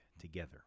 together